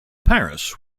paris